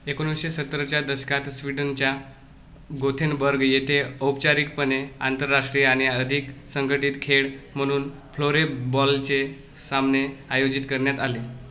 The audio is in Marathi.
एकोणीसशे सत्तरच्या दशकात स्विटन च्या गोथेनबर्ग येथे औपचारिकपणे आंतरराष्ट्रीय आणिअधिक संघटित खेळ म्हणून फ्लोरेबॉल चे सामने आयोजित करण्यात आले